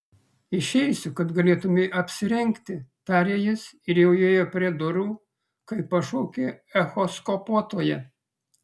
išeisiu kad galėtumei apsirengti tarė jis ir jau ėjo prie durų kai pašaukė echoskopuotoja